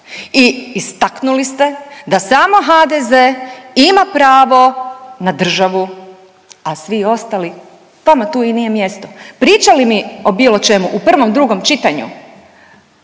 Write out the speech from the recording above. i istaknuli ste da samo HDZ ima pravo na državu, a svi ostali vama tu i nije mjesto. Pričali mi o bilo čemu u prvom, drugom čitanju,